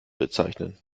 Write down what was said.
bezeichnen